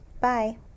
Bye